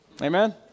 Amen